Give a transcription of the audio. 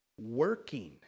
working